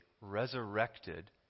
resurrected